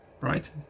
right